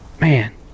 Man